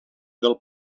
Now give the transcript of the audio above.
del